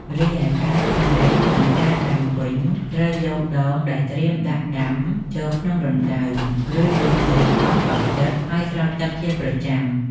រីឯការថែ និងការដាំវិញ ត្រូវយកដូងដែលត្រៀមដាក់ដាំចូលក្នុងរណ្ដៅ រួចលប់ដីកប់ឲ្យជិត ហើយស្រោចទឹកជាប្រចាំ។